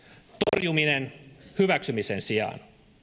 torjuminen hyväksymisen sijaan